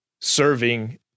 serving